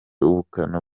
ubukana